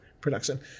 production